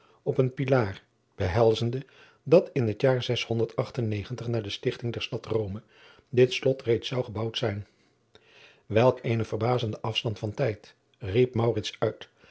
op een pilaar behelzende dat in het jaar na de stichting der stad ome dit lot reeds zou gebouwd zijn elk een verbazende afstand van tijd riep uit